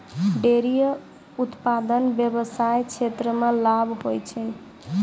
dairy उप्तादन व्याबसाय क्षेत्र मे लाभ हुवै छै